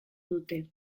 dute